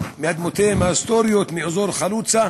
מאדמותיהם ההיסטוריות, מאזור חלוצה